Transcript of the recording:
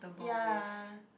ya